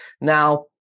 Now